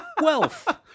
Wealth